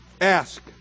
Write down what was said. Ask